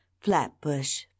Flatbush